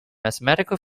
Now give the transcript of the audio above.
mathematical